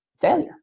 failure